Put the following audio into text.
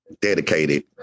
dedicated